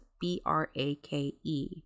B-R-A-K-E